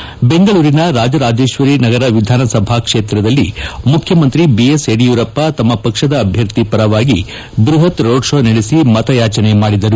ಯಡಿಯೂರಪ್ಪ ಬೆಂಗಳೂರಿನ ರಾಜರಾಜೇಶ್ವರಿ ವಿಧಾನ ಸಭಾ ಕ್ಷೇತ್ರದಲ್ಲಿ ಮುಖ್ಯಮಂತ್ರಿ ಬಿ ಎಸ್ ಯಡಿಯೂರಪ್ಪ ತಮ್ಮ ಅಭ್ಯರ್ಥಿ ಪರವಾಗಿ ಬೃಪತ್ ರೋಡ್ ಶೋ ನಡೆಸಿ ಮತಯಾಚನೆ ನಡೆಸಿದರು